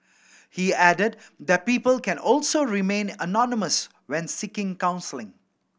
he added that people can also remain anonymous when seeking counselling